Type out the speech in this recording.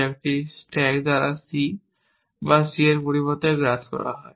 যা একটি স্ট্যাক দ্বারা c বা c এর পরিবর্তে গ্রাস করা হয়